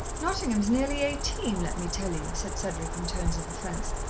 nottingham is nearly eighteen, let me tell you, said cedric in tones of offence,